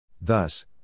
Thus